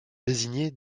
désigner